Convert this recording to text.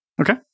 Okay